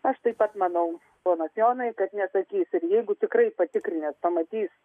aš taip pat manau ponas jonai kad nesakys ir jeigu tikrai patikrinęs pamatys